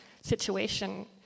situation